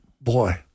Boy